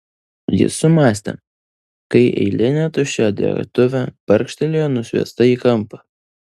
jis sumąstė kai eilinė tuščia dėtuvė barkštelėjo nusviesta į kampą